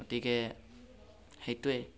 গতিকে সেইটোৱেই